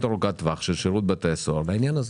ארוכת טווח של שירות בתי הסוהר בעניין הזה.